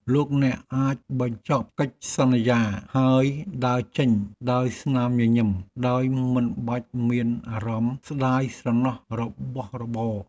លោកអ្នកអាចបញ្ចប់កិច្ចសន្យាហើយដើរចេញដោយស្នាមញញឹមដោយមិនបាច់មានអារម្មណ៍ស្ដាយស្រណោះរបស់របរ។